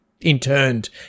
interned